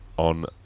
On